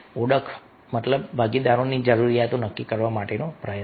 ઓળખ મતલબ ભાગીદારની જરૂરિયાતો નક્કી કરવા માટે કરેલા પ્રયત્નો